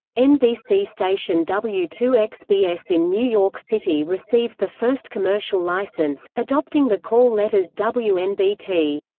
nbc station w two x b s in new york city received the first commercial license, adopting the call letters wnbt.